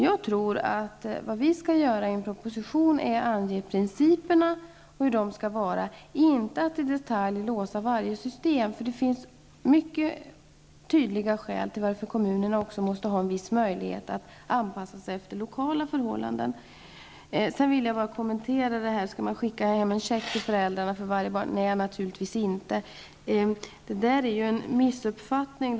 Jag tror att vi i en proposition skall ange principerna. Vi skall inte i detalj låsa varje system. Det finns mycket tydliga skäl till att kommunerna också måste ha en möjlighet att anpassa sig efter lokala förhållanden. Sedan vill jag bara kommentera Ulrica Messings fråga om man skall skicka hem en check till föräldrarna för varje barn. Nej, naturligtvis skall man inte göra det. Det är en missuppfattning.